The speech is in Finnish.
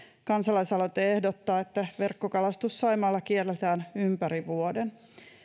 kansalaisaloite ehdottaa että verkkokalastus saimaalla kielletään ympäri vuoden